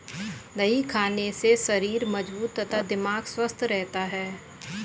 दही खाने से शरीर मजबूत तथा दिमाग स्वस्थ रहता है